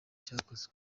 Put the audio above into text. cyakozwe